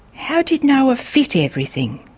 how did noah fit everything?